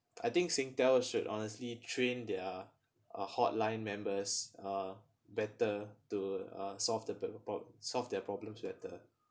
I think SingTel should honestly train their uh hotline members uh better to uh solve the people problem solve their problems better